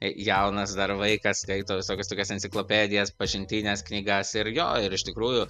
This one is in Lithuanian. jaunas dar vaikas skaito visokias tokias enciklopedijas pažintines knygas ir jo ir iš tikrųjų